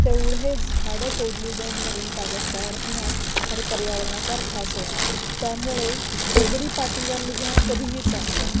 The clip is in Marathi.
तेवढे झाडं तोडली जाऊन नवीन कागद तयार होणार आणि पर्यावरणाचा ऱ्हास होणार त्यामुळे दगडी पाटीवर लिहिणं कधीही चांगलं